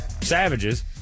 savages